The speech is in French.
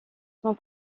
son